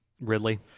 Ridley